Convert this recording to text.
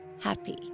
happy